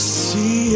see